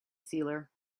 sealer